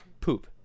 poop